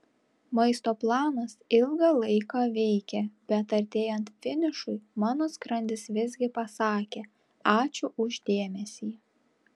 maisto planas ilgą laiką veikė bet artėjant finišui mano skrandis visgi pasakė ačiū už dėmesį